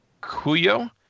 Cuyo